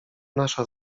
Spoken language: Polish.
nasza